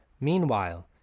Meanwhile